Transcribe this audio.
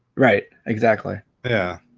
right exactly yeah